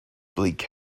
bleak